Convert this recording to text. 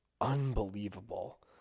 unbelievable